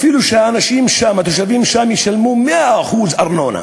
אפילו שהאנשים שם, התושבים שם, ישלמו 100% ארנונה,